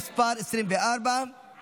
תוקפן של תקנות שעת חירום (חרבות ברזל)